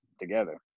together